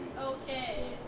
Okay